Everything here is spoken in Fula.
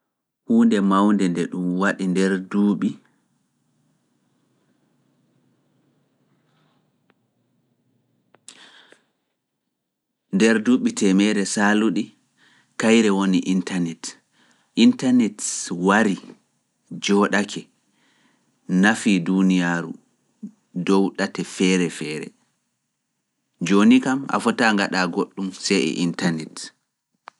Huunde mawnde nde ɗum waɗi nder duuɓi teemeere saalunɗe kayre woni internet. Internet wari jooɗake nafii duuniyaaru dow ɗate feere feere. Jooni kam a fota ngaɗa goɗɗum sai e internet.